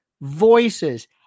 voices